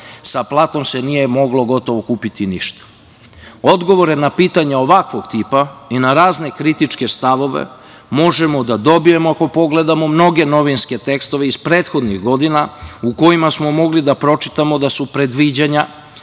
sa platom se nije moglo gotovo ništa kupiti. Odgovore na pitanja ovakvog tipa i na razne kritične stavove možemo da dobijemo ako pogledamo mnoge novinske tekstove iz prethodnih godina u kojima smo mogli da pročitamo da su predviđanja